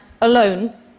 alone